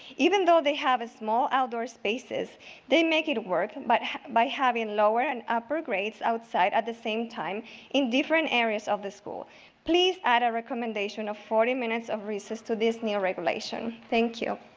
even though they have small out-door spaces they make it work but by having lower and upper grades outside at the same time in different areas of the school. please add a recommendation of forty minutes of recess to this new regulation. thank you.